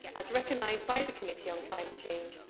as recognised by the committee on climate change,